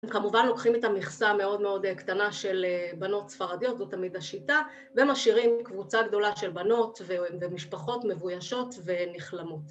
כמובן לוקחים את המכסה המאוד מאוד קטנה של בנות ספרדיות, זו תמיד השיטה, ומשאירים קבוצה גדולה של בנות ומשפחות מבוישות ונכלמות.